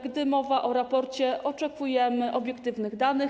Gdy mowa o raporcie, oczekujemy obiektywnych danych.